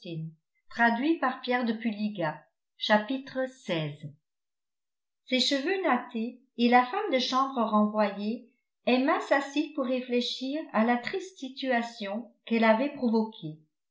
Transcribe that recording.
ses cheveux nattés et la femme de chambre renvoyée emma s'assit pour réfléchir à la triste situation qu'elle avait provoquée